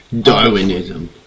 Darwinism